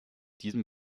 diesem